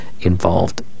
involved